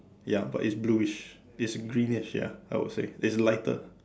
ya but it's bluish it's greenish ya I would say it's lighter